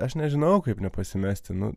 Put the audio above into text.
aš nežinau kaip nepasimesti nu